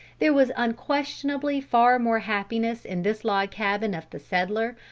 there was unquestionably far more happiness in this log cabin of the settler,